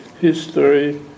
history